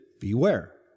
beware